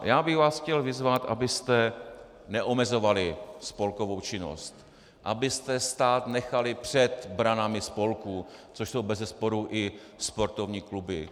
Já bych vás chtěl vyzvat, abyste neomezovali spolkovou činnost, abyste stát nechali před branami spolků, což jsou bezesporu i sportovní kluby.